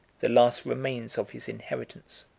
the last remains of his inheritance.